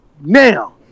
Now